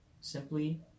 Simply